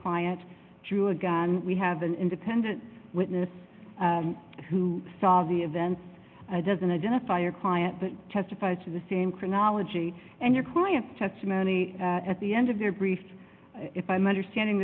client drew a gun we have an independent witness who saw the event doesn't identify your client but testified to the same chronology and your client testimony at the end of your brief if i'm understanding